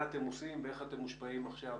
מה אתם עושים ואיך אתם מושפעים עכשיו